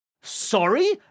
sorry